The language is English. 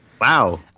Wow